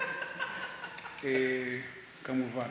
כמובן.